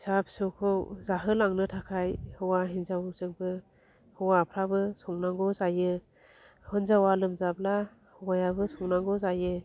फिसा फिसौखौ जाहोलांनो थाखाय हौवा हिन्जावजोंबो हौवाफ्राबो संनांगौ जायो हिन्जावआ लोमजाब्ला हौवायाबो संनांगौ जायो